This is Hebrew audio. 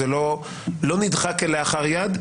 זה לא נדחה לאחר יד,